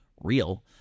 real